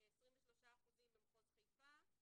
23% במחוז חיפה,